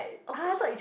of course